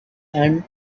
and